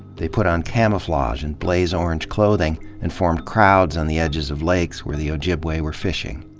they put on camouflage and blaze orange clothing and formed crowds on the edges of lakes where the ojibwe were fish ing.